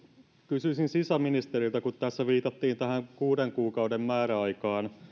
kysyisin sisäministeriltä kun tässä viitattiin tähän kuuden kuukauden määräaikaan